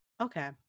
Okay